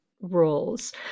roles